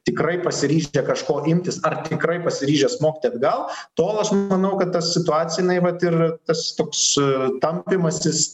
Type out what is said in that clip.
tikrai pasiryš čia kažko imtis ar tikrai pasiryžę smogti atgal tol aš manau kad ta situacija jinai vat ir tas toks tampymasis